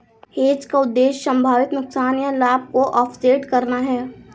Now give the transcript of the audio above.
hedge का उद्देश्य संभावित नुकसान या लाभ को ऑफसेट करना है